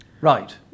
Right